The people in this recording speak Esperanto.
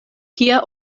kia